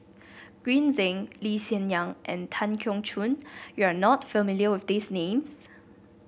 Green Zeng Lee Hsien Yang and Tan Keong Choon you are not familiar with these names